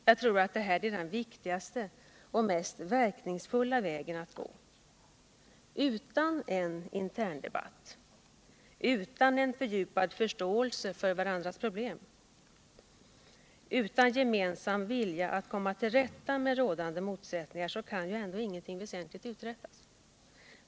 Jag tror detta är den viktigaste och mest verkningsfulla vägen att gå. Utan en interndebatt, utan en fördjupad förståelse för varandras problem, utan gemensam vilja att komma till rätta med rådande motsättningar kan ändå ingenting väsentligt uträttas.